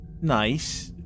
nice